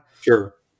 Sure